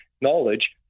knowledge